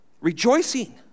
rejoicing